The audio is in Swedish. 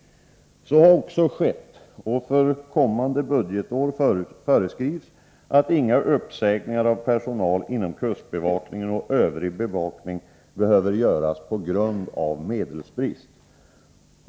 Så har också skett, och för kommande budgetår föreskrivs att inga uppsägningar av personal inom kustbevakningen och övrig bevakning skall göras på grund av medelsbrist.